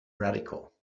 radical